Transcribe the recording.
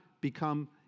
become